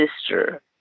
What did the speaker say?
sister